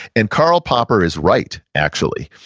and karl popper is right, actually,